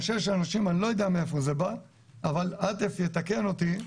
אני לא יודע מאיפה זה בא אבל עאטף יתקן אותי